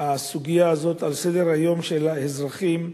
הסוגיה הזאת על סדר-היום של האזרחים,